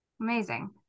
Amazing